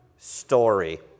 story